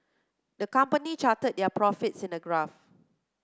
the company charted their profits in a graph